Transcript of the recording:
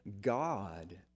God